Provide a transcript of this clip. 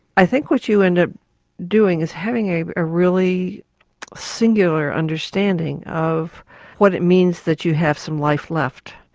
i think what you end up doing is having a ah really singular understanding of what it means that you have some life left,